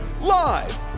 Live